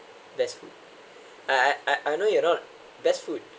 best food I I I know you're not best food